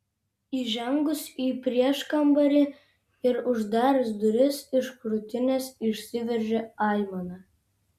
įžengus į prieškambarį ir uždarius duris iš krūtinės išsiveržė aimana